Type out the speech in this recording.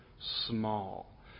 small